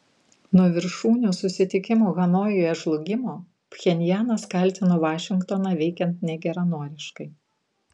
nuo viršūnių susitikimo hanojuje žlugimo pchenjanas kaltino vašingtoną veikiant negeranoriškai